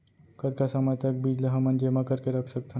कतका समय तक बीज ला हमन जेमा करके रख सकथन?